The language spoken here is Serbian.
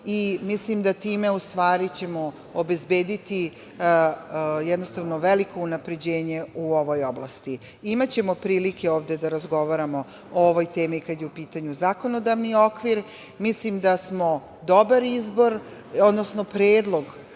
i mislim da ćemo time obezbediti veliko unapređenje u ovoj oblasti. Imaćemo prilike ovde da razgovaramo o ovoj temi kada je u pitanju zakonodavni okvir. Mislim da smo dobar izbor, odnosno predlog